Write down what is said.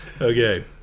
Okay